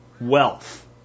wealth